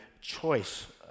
choice